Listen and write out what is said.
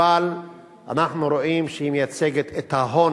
אבל אנחנו רואים שהיא מייצגת את ההון